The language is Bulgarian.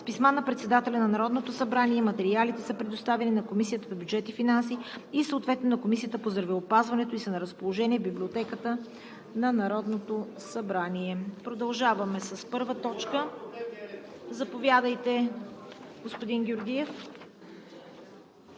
С писма на председателя на Народното събрание материалите са предоставени на Комисията по бюджет и финанси и на Комисията по здравеопазването и са на разположение в Библиотеката на Народното събрание. Заповядайте, господин Георгиев.